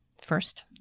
First